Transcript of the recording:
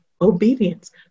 obedience